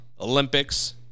Olympics